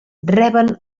reben